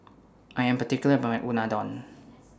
I Am particular about My Unadon